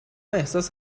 احساس